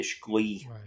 glee